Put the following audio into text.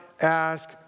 ask